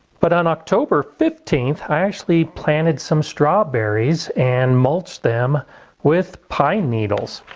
but on october fifteenth i actually planted some strawberries and mulched them with pine needles.